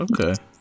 Okay